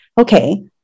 okay